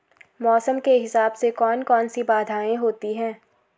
मौसम के हिसाब से कौन कौन सी बाधाएं होती हैं?